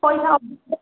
ପଇସା ଅଧିକ